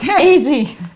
Easy